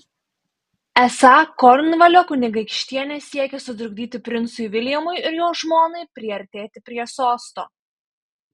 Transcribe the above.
esą kornvalio kunigaikštienė siekia sutrukdyti princui viljamui ir jo žmonai priartėti prie sosto